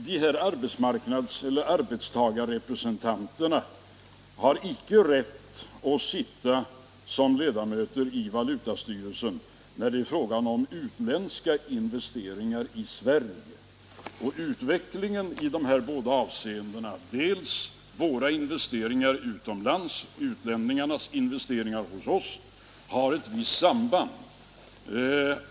De här arbetsmarknadsrepresentanterna har inte rätt att sitta som ledamöter i valutastyrelsen när det är fråga om utländska investeringar i Sverige. Utvecklingen i dessa båda avseenden —- dels när det gäller våra investeringar utomlands, dels när det gäller utlänningarnas investeringar hos oss — har ett visst samband.